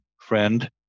friend